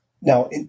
Now